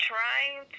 Trying